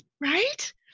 Right